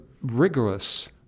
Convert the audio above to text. rigorous